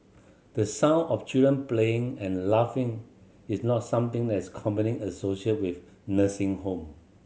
the sound of children playing and laughing is not something that is commonly associated with nursing home